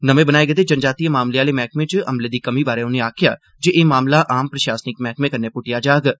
नमें बनाए गेदे जनजातीय मामलें आह्ले मैह्कमें च अमले दी कमीं बारै उनें आक्खेआ जे एह् मामला सामान्य प्रशासन मैह्कमें कन्नै पुट्टगन